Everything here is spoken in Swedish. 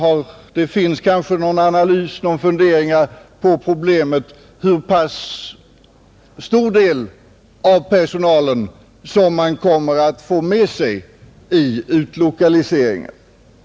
Om det kanske finns någon analys av eller några funderingar över problemet hur stor del av personalen som man kommer att få med sig vid utlokaliseringen känner jag inte till.